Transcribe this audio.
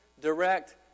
direct